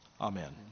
amen